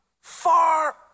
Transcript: far